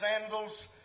sandals